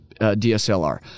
DSLR